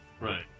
right